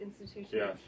institutions